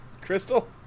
Crystal